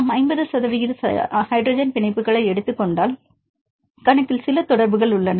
நாம் 50 சதவிகித ஹைட்ரஜன் பிணைப்புகளை எடுத்துக் கொண்டால் கணக்கில் சில தொடர்புகள் உள்ளன